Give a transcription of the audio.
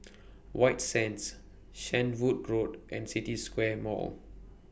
White Sands Shenvood Road and City Square Mall